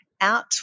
out